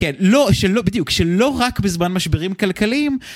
כן, לא, שלא, בדיוק, שלא רק בזמן משברים כלכליים.